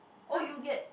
oh you get